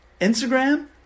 Instagram